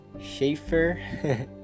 Schaefer